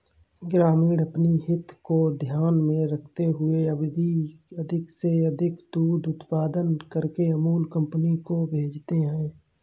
ग्रामीण अपनी हित को ध्यान में रखते हुए अधिक से अधिक दूध उत्पादन करके अमूल कंपनी को भेजते हैं